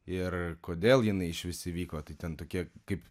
ir kodėl jinai išvis įvyko tai ten tokie kaip